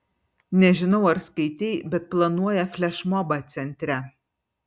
nežinau ar skaitei bet planuoja flešmobą centre